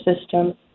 system